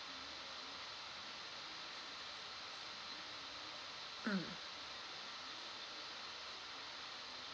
mm